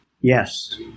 Yes